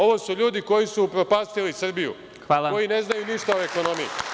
Ovo su ljudi koji su upropastili Srbiju, koji ne znaju ništa o ekonomiji.